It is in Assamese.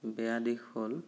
বেয়া দিশ হ'ল